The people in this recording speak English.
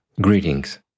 Greetings